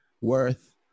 worth